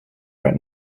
right